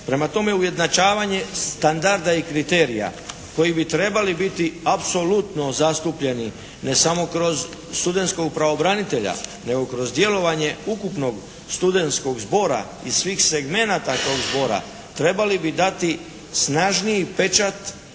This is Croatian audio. Prema tome ujednačavanje standarda i kriterija koji bi trebali biti apsolutno zastupljeni ne samo kroz studentskog pravobranitelja nego kroz djelovanje ukupnog studentskog zbora iz svih segmenata tog zbora trebali bi dati snažniji pečat